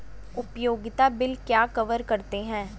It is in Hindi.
उपयोगिता बिल क्या कवर करते हैं?